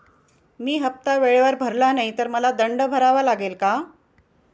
मी हफ्ता वेळेवर भरला नाही तर मला दंड भरावा लागेल का?